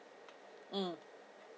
mm